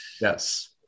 Yes